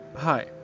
Hi